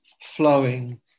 flowing